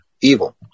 evil